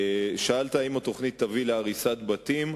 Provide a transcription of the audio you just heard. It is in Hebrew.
3. שאלת אם התוכנית תביא להריסת בתים.